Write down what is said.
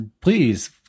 please